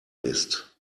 ist